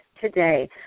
today